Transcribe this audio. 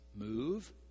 move